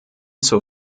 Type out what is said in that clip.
zur